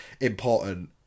important